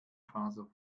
faso